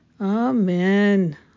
Amen